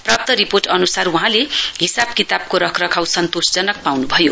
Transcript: प्राप्त रिपोर्ट अन्सार वहाँले हिसाब किताबको रखरखाउ सन्तोषजनक पाउन् भयो